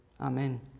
amen